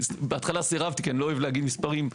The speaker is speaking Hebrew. בהתחלה סירבתי כי אני לא אוהב להגיד מספרים.